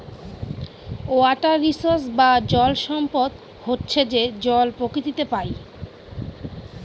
water resource বা জল সম্পদ হচ্ছে যে জল প্রকৃতিতে পাই